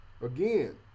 again